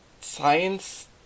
science